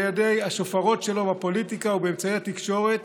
ידי השופרות שלו בפוליטיקה ובאמצעי התקשורת